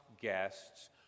guests